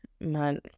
man